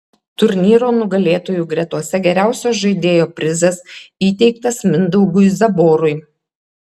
turnyro nugalėtojų gretose geriausio žaidėjo prizas įteiktas mindaugui zaborui